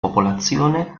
popolazione